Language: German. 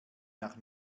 nach